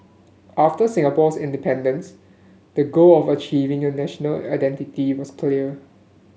after Singapore's independence the goal of achieving a national identity was clear